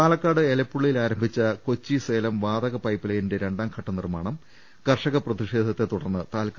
പാലക്കാട് എലപ്പുള്ളിയിൽ ആരംഭിച്ച കൊച്ചി സേലം വാതക പൈപ്പ് ലൈന്റെ രണ്ടാം ഘട്ട നിർമ്മാണം കർഷക പ്രതിഷേധത്തെ തുടർന്ന് താൽക്കാലികമായി നിർത്തി